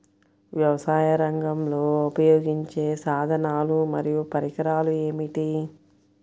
వ్యవసాయరంగంలో ఉపయోగించే సాధనాలు మరియు పరికరాలు ఏమిటీ?